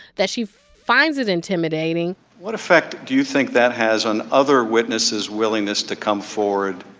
that she finds it intimidating what effect do you think that has on other witnesses' willingness to come forward